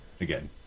again